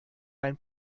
ein